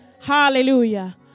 Hallelujah